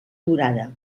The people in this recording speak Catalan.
durada